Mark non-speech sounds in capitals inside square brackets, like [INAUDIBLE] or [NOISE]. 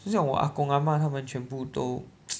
就像我阿公阿妈他们全部都 [NOISE]